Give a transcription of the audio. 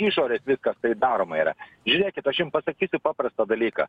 išorės viskas tai daroma yra žiūrėkit aš jum pasakysiu paprastą dalyką